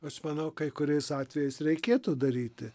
aš manau kai kuriais atvejais reikėtų daryti